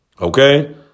Okay